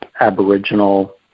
Aboriginal